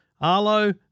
Arlo